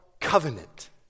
covenant